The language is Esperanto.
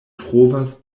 trovas